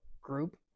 group